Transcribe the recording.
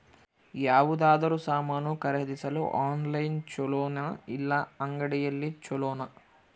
ಯಾವುದಾದರೂ ಸಾಮಾನು ಖರೇದಿಸಲು ಆನ್ಲೈನ್ ಛೊಲೊನಾ ಇಲ್ಲ ಅಂಗಡಿಯಲ್ಲಿ ಛೊಲೊನಾ?